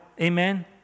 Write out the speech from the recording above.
Amen